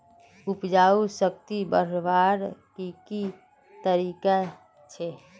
उपजाऊ शक्ति बढ़वार की की तरकीब छे?